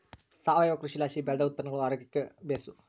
ಸಾವಯವ ಕೃಷಿಲಾಸಿ ಬೆಳ್ದ ಉತ್ಪನ್ನಗುಳು ಆರೋಗ್ಯುಕ್ಕ ಬೇಸು